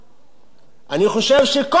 אני חושב שכל ציבור בעולם,